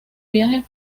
viajes